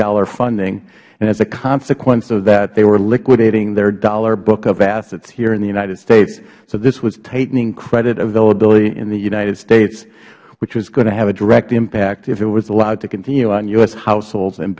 dollar funding and as a consequence of that they were liquidating their dollar book of assets here in the united states so this was tightening credit availability in the united states which was going to have a direct impact if it was allowed to continue on u s households and